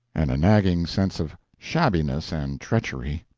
and a nagging sense of shabbiness and treachery.